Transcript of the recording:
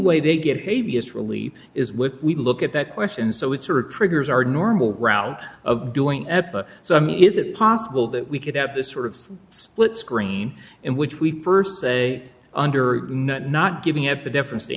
way they get abs really is when we look at that question so it sort of triggers our normal route of doing epa so i mean is it possible that we could have this sort of split screen in which we first say under not giving up the difference to